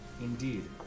indeed